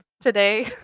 today